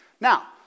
Now